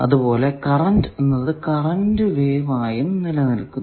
അത് പോലെ കറന്റ് എന്നത് കറന്റ് വേവ് ആയും നിലനിൽക്കുന്നു